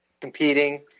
competing